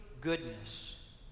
goodness